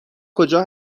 کجا